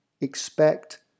expect